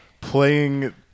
playing